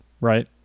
right